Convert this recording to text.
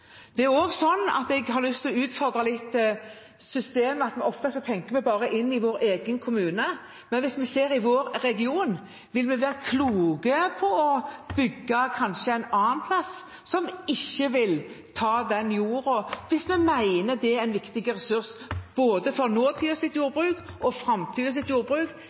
Jeg har også lyst til å utfordre systemet litt, for ofte tenker vi bare inn i vår egen kommune, men hvis vi ser på vår region, vil vi være kloke om vi bygger kanskje et sted som ikke vil ta den jorda, hvis vi mener det er en viktig ressurs for både nåtidens og framtidens jordbruk. Det er bærekraftig – det er riktig ut fra bærekraftsmålene våre både nasjonalt og